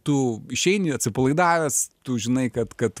tu išeini atsipalaidavęs tu žinai kad kad